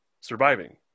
surviving